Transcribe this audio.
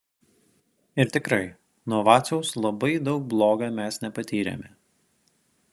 ir tikrai nuo vaciaus labai daug bloga mes nepatyrėme